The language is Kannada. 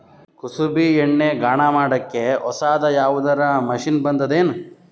ಕುಸುಬಿ ಎಣ್ಣೆ ಗಾಣಾ ಮಾಡಕ್ಕೆ ಹೊಸಾದ ಯಾವುದರ ಮಷಿನ್ ಬಂದದೆನು?